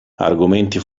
argomenti